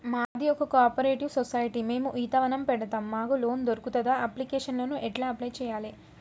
మాది ఒక cooperative society మేము ఈత వనం పెడతం మాకు లోన్ దొర్కుతదా? అప్లికేషన్లను ఎట్ల అప్లయ్ చేయాలే?